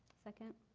second?